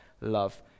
love